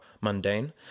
mundane